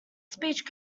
speech